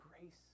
grace